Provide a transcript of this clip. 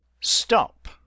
Stop